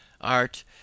Art